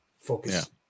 focus